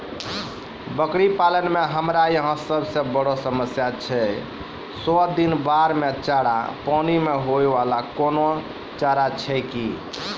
बकरी पालन मे हमरा यहाँ सब से बड़ो समस्या छै सौ दिन बाढ़ मे चारा, पानी मे होय वाला कोनो चारा छै कि?